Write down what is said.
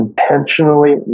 intentionally